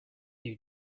you